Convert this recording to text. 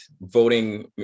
voting